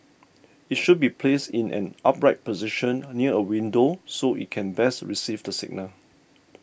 it should be placed in an upright position near a window so it can best receive the signal